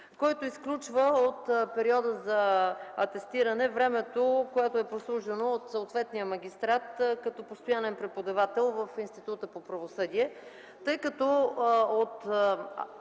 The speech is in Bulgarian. като изключва от периода за атестиране времето, прослужено от съответния магистрат като постоянен преподавател в Националния институт на правосъдието, тъй като от